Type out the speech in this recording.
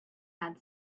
had